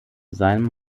seinem